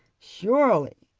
surely,